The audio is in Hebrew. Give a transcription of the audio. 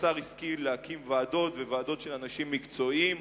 השר השכיל להקים ועדות, וועדות של אנשים מקצועיים,